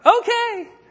Okay